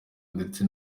ndetse